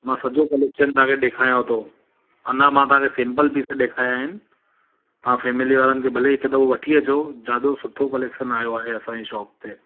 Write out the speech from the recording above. मां सॼो कलेक्शन तव्हांखे ॾेखारियांव थो अञा मां तव्हांखे सेंपल पिस ॾेखारिया आहिनि तव्हां फेमिली वारनि खे भले हिक दफ़ो वठी अचोनि ॾाढो सुठो कलेक्शन आयो आहे असांजी शॉप ते